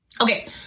Okay